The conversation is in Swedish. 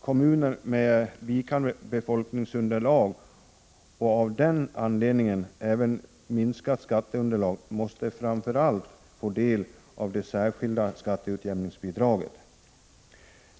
kommuner som har vikande befolkningsunderlag och av den anledningen även minskat skatteunderlag måste få del av det särskilda skatteutjämningsbidraget.